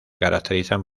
caracterizan